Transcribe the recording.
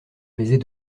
baiser